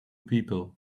people